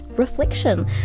Reflection